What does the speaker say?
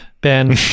ben